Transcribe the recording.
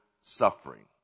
suffering